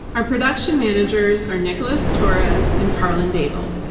our production managers are nicholas torres and karlyn daigle.